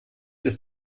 ist